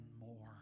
more